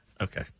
okay